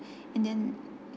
and then